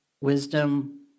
Wisdom